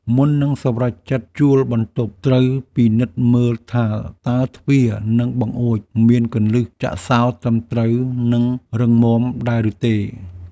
មុននឹងសម្រេចចិត្តជួលបន្ទប់ ត្រូវពិនិត្យមើលថាតើទ្វារ និងបង្អួចមានគន្លឹះចាក់សោត្រឹមត្រូវនិងរឹងមាំដែរឬទេ។